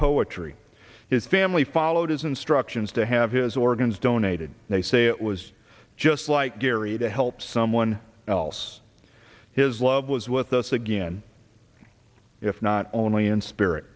poetry his family followed his instructions to have his organs donated they say it was just like gary to help someone else his love was with us again if not only in spirit